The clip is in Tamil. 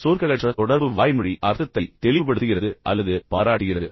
சொற்களற்ற தொடர்பு வாய்மொழி அர்த்தத்தை தெளிவுபடுத்துகிறது அல்லது பாராட்டுகிறது